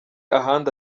ahandi